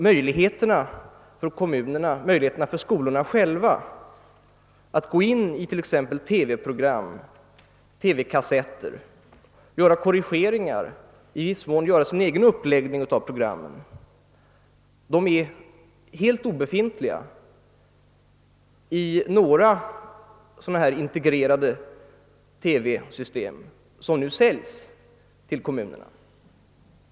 Möjligheterna för skolorna själva att medverka vid tillkomsten av TV-program och TV-kassetter, att göra korrigeringar, i viss mån göra sin egen uppläggning av programmen, är helt obefintliga i några dylika integrerade TV-system som nu säljs till kommunerna.